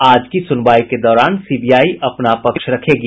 आज की सुनवाई के दौरान सीबीआई अपना पक्ष रखेगी